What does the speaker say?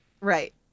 Right